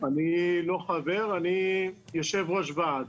אני לא חבר, אני יושב-ראש ועד.